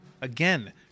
Again